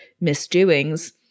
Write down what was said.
misdoings